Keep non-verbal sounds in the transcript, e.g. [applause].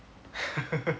[laughs]